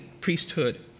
priesthood